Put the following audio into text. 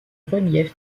reliefs